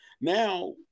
now